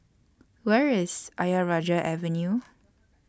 Where IS Ayer Rajah Avenue